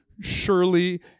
surely